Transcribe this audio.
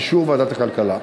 באישור ועדת הכלכלה.